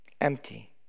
empty